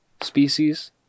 species